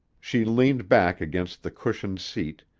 she leaned back against the cushioned seat,